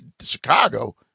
Chicago